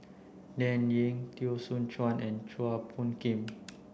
Dan Ying Teo Soon Chuan and Chua Phung Kim